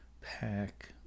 pack